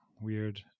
weird